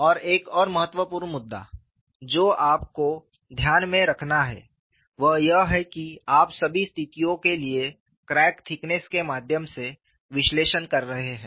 और एक और महत्वपूर्ण मुद्दा जो आपको ध्यान में रखना है वह यह है कि आप सभी स्थितियों के लिए क्रैक थिकनेस के माध्यम से विश्लेषण कर रहे हैं